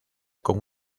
con